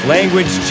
Language